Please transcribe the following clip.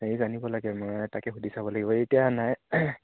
সি জানিব লাগে মই তাকে সুধি চাব লাগিব এতিয়া নাই